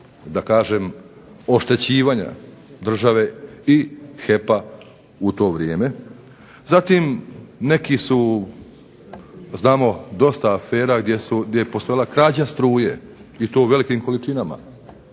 da kažem oštećivanja države i HEP-a u to vrijeme. Zatim, neki su znamo dosta afera gdje je postojala krađa struje i to u velikim količinama.